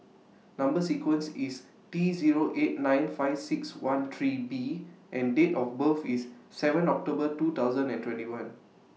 Number sequence IS T Zero eight nine five six one three B and Date of birth IS seven October two thousand and twenty one